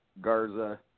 Garza